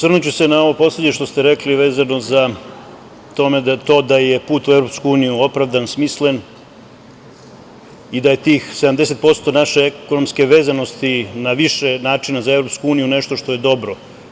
Osvrnuću se na ovo poslednje što ste rekli vezano za to da je put u EU opravdan, smislen i da je tih 70% naše ekonomske vezanosti na više načina za EU, nešto što je dobro.